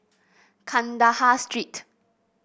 Kandahar Street